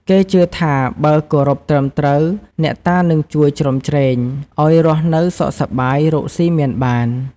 គេជឿថាបើគោរពត្រឹមត្រូវ អ្នកតានឹងជួយជ្រោមជ្រែង ឱ្យរស់នៅសុខសប្បាយ រកស៊ីមានបាន។